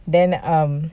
then um